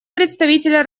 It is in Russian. представителя